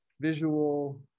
visual